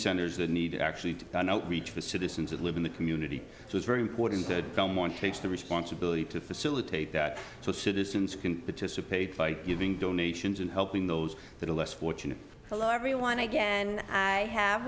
centers that need actually to reach the citizens that live in the community so it's very important to someone takes the responsibility to facilitate that so citizens can participate by giving donations and helping those that are less fortunate hello everyone again i have